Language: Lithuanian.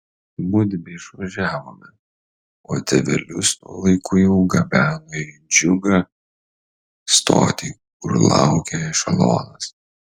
mudvi išvažiavome o tėvelius tuo laiku jau gabeno į džiugą stotį kur laukė ešelonas